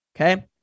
Okay